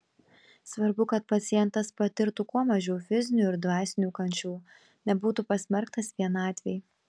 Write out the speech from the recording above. svarbu kad pacientas patirtų kuo mažiau fizinių ir dvasinių kančių nebūtų pasmerktas vienatvei